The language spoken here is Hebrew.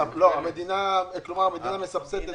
כלומר, המדינה מסבסדת את זה.